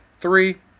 three